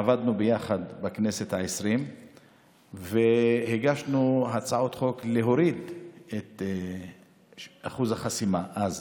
עבדנו ביחד בכנסת העשרים והגשנו הצעות חוק להוריד את אחוז החסימה אז,